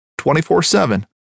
24-7